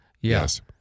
Yes